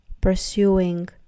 pursuing